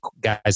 guys